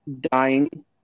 dying